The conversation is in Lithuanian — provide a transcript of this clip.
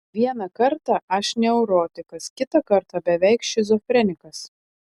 vieną kartą aš neurotikas kitą kartą beveik šizofrenikas